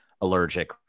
allergic